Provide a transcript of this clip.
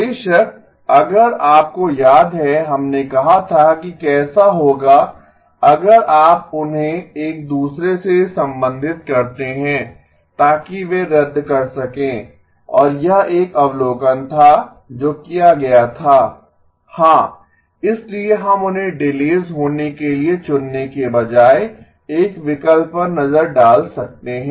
बेशक अगर आपको याद है हमने कहा था कि कैसा होगा अगर आप उन्हें एक दूसरे से संबंधित करते हैं ताकि वे रद्द कर सकें और यह एक अवलोकन था जो किया गया था हाँ इसलिए हम उन्हें डिलेस होने के लिए चुनने के बजाय एक विकल्प पर नज़र डाल सकते हैं